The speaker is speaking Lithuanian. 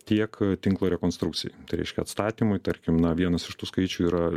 tiek tinklo rekonstrukcijai tai reiškia atstatymui tarkim na vienas iš tų skaičių yra